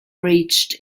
reached